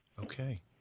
Okay